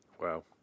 Wow